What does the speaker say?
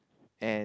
and